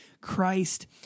Christ